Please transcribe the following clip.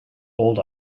old